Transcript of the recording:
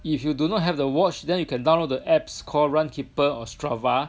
if you do not have the watch then you can download the app called Run Keeper Ostrava